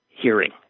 hearing